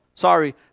sorry